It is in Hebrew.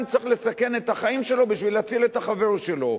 צריך לסכן את החיים שלו בשביל להציל את החבר שלו.